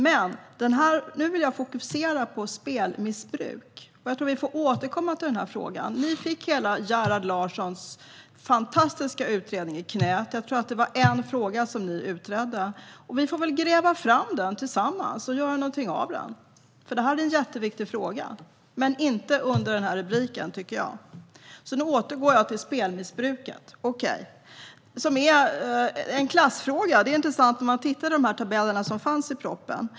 Men nu vill jag fokusera på spelmissbruk. Jag tror att vi får återkomma till den här frågan. Ni fick hela Gerhard Larssons fantastiska utredning i knät. Jag tror att det var en fråga som ni utredde. Vi får väl gräva fram den tillsammans och göra någonting av den. Detta är en jätteviktig fråga, men inte under den här rubriken, tycker jag. Jag återgår till spelmissbruket, som är en klassfråga. Tabellerna i propositionen är intressanta.